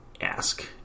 ask